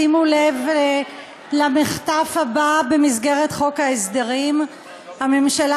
שימו לב למחטף הבא במסגרת חוק ההסדרים: הממשלה